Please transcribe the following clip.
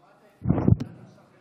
שמעת את יעל דן עכשיו,